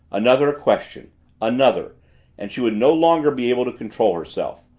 another question another and she would no longer be able to control herself.